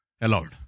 allowed